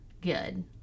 good